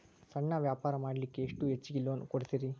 ಸಣ್ಣ ವ್ಯಾಪಾರ ಮಾಡ್ಲಿಕ್ಕೆ ಎಷ್ಟು ಹೆಚ್ಚಿಗಿ ಲೋನ್ ಕೊಡುತ್ತೇರಿ?